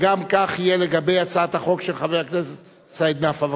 וגם כך יהיה לגבי הצעת החוק של חבר הכנסת סעיד נפאע.